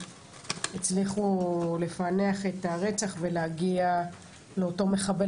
הצליחו לפענח את הרצח ולהגיע לאותו מחבל